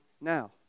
now